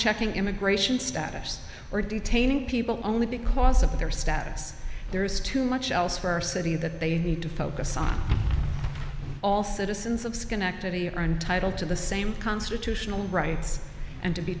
checking immigration status or detaining people only because of their status there is too much else for our city that they need to focus on all citizens of schenectady are entitled to the same constitutional rights and to be